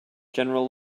general